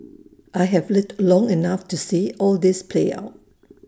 I have lived long enough to see all this play out